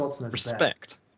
respect